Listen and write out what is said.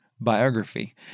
biography